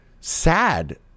sad